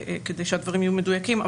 כדי שהדברים יהיו מדויקים.